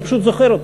אני פשוט זוכר אותו,